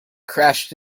crashed